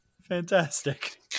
Fantastic